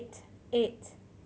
eight eight